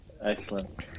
Excellent